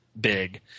big